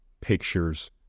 pictures